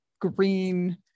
green